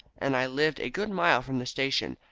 and i lived a good mile from the station,